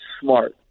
smart